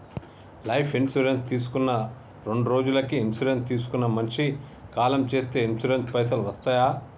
Life insurance తీసుకున్న రెండ్రోజులకి insurance తీసుకున్న మనిషి కాలం చేస్తే ఇన్సూరెన్స్ పైసల్ వస్తయా?